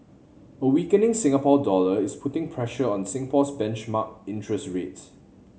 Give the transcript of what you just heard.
a weakening Singapore dollar is putting pressure on Singapore's benchmark interest rates